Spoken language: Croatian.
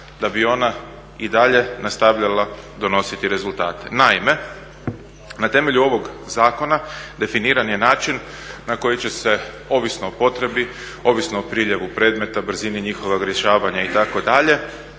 da bi ona i dalje nastavljala donositi rezultate. Naime, na temelju ovog zakona definiran je način na koji će se, ovisno o potrebi, ovisno o priljevu predmeta, brzini njihovog rješavanja itd.,